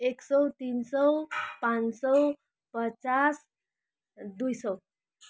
एक सौ तिन सौ पाँच सौ पचास दुई सौ